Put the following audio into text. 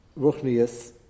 ruchnius